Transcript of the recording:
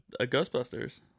Ghostbusters